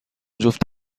جفت